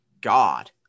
god